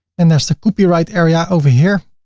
and there's a copyright area over here.